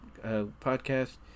Podcast